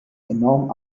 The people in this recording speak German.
enorm